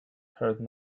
heard